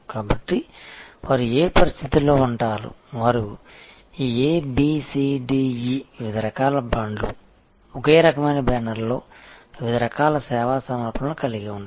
కాబట్టి వారు ఏ పరిస్థితిలో ఉంటారు వారు ఈ A B C D E వివిధ రకాల బ్రాండ్లు ఒకే రకమైన బ్యానర్లో వివిధ రకాల సేవా సమర్పణలు కలిగి ఉంటారు